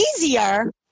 easier